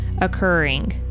occurring